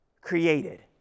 created